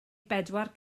bedwar